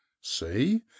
see